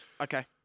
Okay